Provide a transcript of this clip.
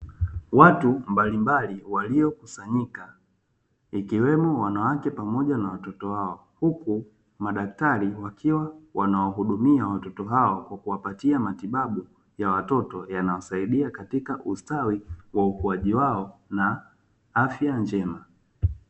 Watu mbalimbali walio kusanyika ikiwemo wanawake pamoja na watoto wao, huku madaktari wakiwa wanawahudumia watoto hao kuwapatia matibabu yanayosaidia katika ustawi kwa ukuaji wao na afya njema.